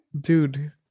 dude